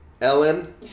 ellen